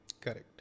Correct